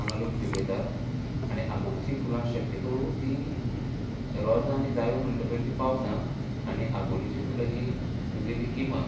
हांगा लोक पिकयता आनी आबोलेची फुलां शक्यतो ती रोजां आनी जायो म्हणटा पळय ती पावसांत आनी आबोलेची फुलां ही तुगेली गिमांत